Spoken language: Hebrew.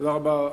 תודה רבה.